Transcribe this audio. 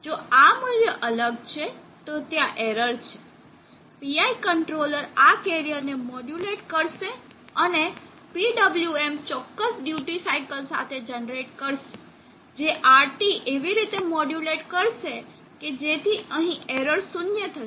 જો આ મુલ્ય અલગ છે તો ત્યાં એરર છે PI કંટ્રોલર આ કેરીઅરને મોડ્યુલેટ કરશે અને PWM ચોક્કસ ડ્યુટી સાઇકલ સાથે જનરેટ કરશે જે RT એવી રીતે મોડ્યુલેટ કરશે કે જેથી અહીં એરર શૂન્ય થશે